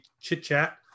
chit-chat